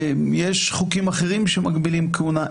יש חוקים אחרים שמגבילים כהונה,